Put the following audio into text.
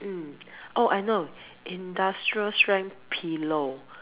mm oh I know industrial strength pillow